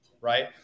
right